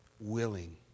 willing